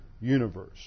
universe